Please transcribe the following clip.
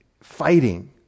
fighting